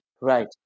Right